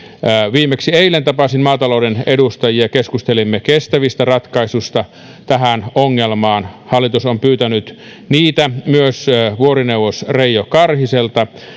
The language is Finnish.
viimeksi eilen tapasin maatalouden edustajia keskustelimme kestävistä ratkaisuista tähän ongelmaan hallitus on pyytänyt niitä myös vuorineuvos reijo karhiselta